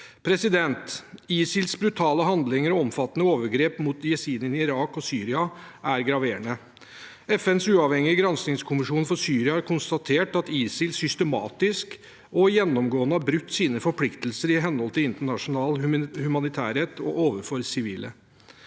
debatt. ISILs brutale handlinger og omfattende overgrep mot jesidiene i Irak og Syria er graverende. FNs uavhengige granskningskommisjon for Syria har konstatert at ISIL systematisk og gjennomgående har brutt sine forpliktelser i henhold til internasjonal humanitærrett og overfor sivile.